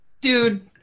dude